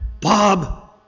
Bob